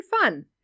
fun